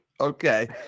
Okay